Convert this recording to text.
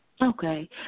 Okay